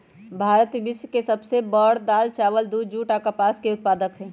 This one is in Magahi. भारत विश्व के सब से बड़ दाल, चावल, दूध, जुट आ कपास के उत्पादक हई